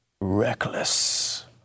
reckless